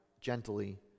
gently